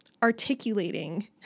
articulating